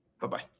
Bye-bye